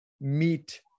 meet